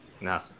No